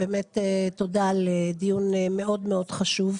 באמת תודה על דיון מאוד מאוד חשוב.